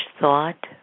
thought